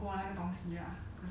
wait in the first place